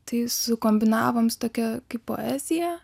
tai sukombinavom su tokia kaip poezija